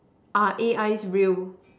are A_I real